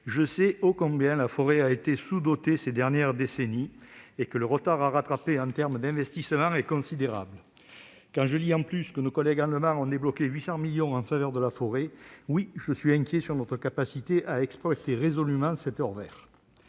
je sais que la forêt a été sous-dotée- ô combien ! -ces dernières décennies et que le retard à rattraper en termes d'investissement est considérable. Quand je lis, en outre, que nos collègues allemands ont débloqué 800 millions d'euros en faveur de la forêt, je suis inquiet sur notre capacité à exploiter résolument cet « or vert